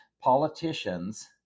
politicians